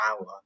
hour